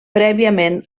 prèviament